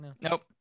Nope